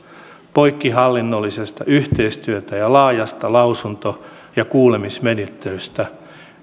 poikkihallinnollisesta yhteistyöstä ja laajasta lausunto ja kuulemismenettelystä